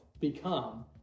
become